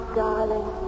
darling